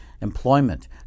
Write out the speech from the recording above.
employment